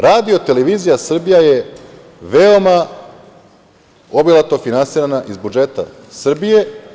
Radio televizija Srbije je veoma obilato finansirana iz budžeta Srbije.